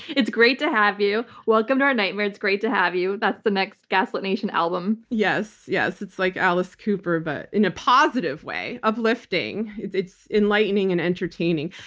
it's great to have you. welcome to our nightmare, it's great to have you. that's the next gaslit nation album. yes, yes. it's like alice cooper, but in a positive way, way, uplifting. it's it's enlightening and entertaining.